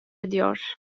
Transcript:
ediyor